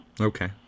Okay